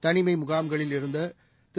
தனிமை முகாம்களில் இருந்த திரு